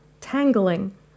tangling